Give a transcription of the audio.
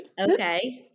Okay